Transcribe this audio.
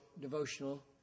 devotional